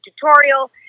tutorial